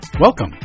Welcome